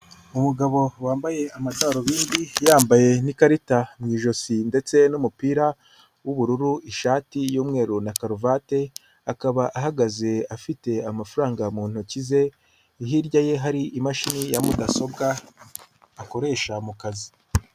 Umugabo wambaye amadarubindi, yambaye n'ikarita mu ijosi ndetse n'umupira w'ubururu, ishati y'umweru na karuvate, akaba ahagaze afite amafaranga mu ntoki ze, hirya ye hari imashini ya mudasobwa akoresha mu kazi.